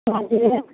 हजुर